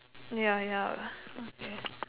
ya ya okay